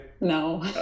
No